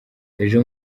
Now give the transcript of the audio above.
ejo